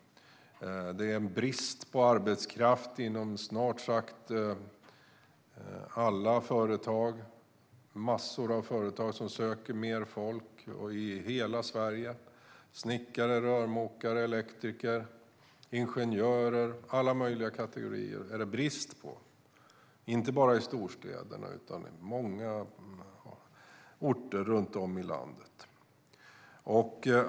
Det är brist på arbetskraft inom snart sagt alla företag. Det är massor av företag i hela Sverige som söker mer folk. Snickare, rörmokare, elektriker, ingenjörer - alla möjliga kategorier är det brist på, inte bara i storstäderna utan på många orter runt om i landet.